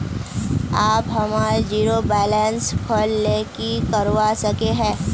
आप हमार zero balance खोल ले की करवा सके है?